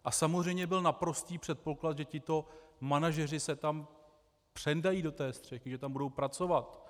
A samozřejmě byl naprostý předpoklad, že tito manažeři se tam přendají do té střechy, že tam budou pracovat.